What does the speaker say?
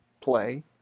play